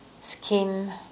skin